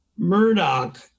Murdoch